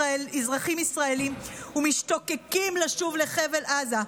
אזרחים ישראלים ומשתוקקים לשוב לחבל עזה.